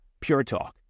PureTalk